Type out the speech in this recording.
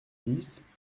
dix